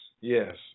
yes